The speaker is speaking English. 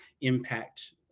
impact